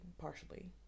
partially